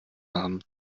haben